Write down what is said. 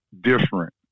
different